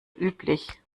üblich